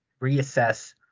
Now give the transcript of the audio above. reassess